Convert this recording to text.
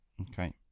Okay